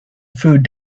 food